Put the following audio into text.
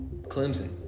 Clemson